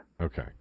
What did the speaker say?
Okay